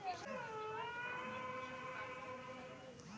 खेती में सिंचाई की सुविधा क्या है?